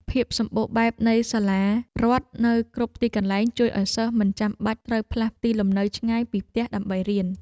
ភាពសម្បូរបែបនៃសាលារដ្ឋនៅគ្រប់ទីកន្លែងជួយឱ្យសិស្សមិនចាំបាច់ត្រូវផ្លាស់ទីលំនៅឆ្ងាយពីផ្ទះដើម្បីរៀន។